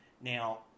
Now